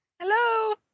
hello